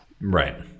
Right